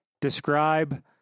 describe